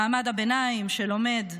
מעמד הביניים שעובד,